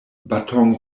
baton